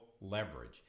leverage